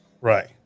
Right